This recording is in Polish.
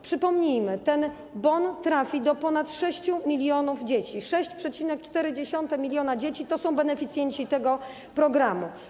Przypomnijmy, ten bon trafi do ponad 6 mln dzieci, 6,4 mln dzieci to są beneficjenci tego programu.